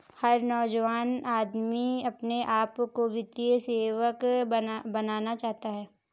हर नौजवान आदमी अपने आप को वित्तीय सेवक बनाना चाहता है